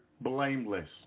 blameless